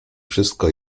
wszystko